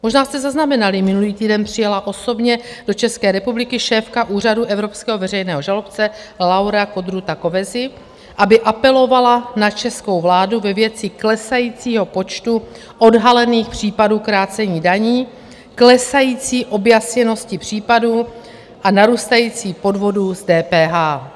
Možná jste zaznamenali, minulý týden přijela osobně do České republiky šéfka Úřadu evropského veřejného žalobce Laura Codruța Kövesi, aby apelovala na českou vládu ve věci klesajícího počtu odhalených případů krácení daní, klesající objasněnosti případů a narůstajících podvodů s DPH.